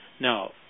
Now